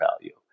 value